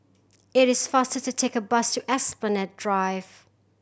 it is faster to take a bus to Esplanade Drive